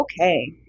Okay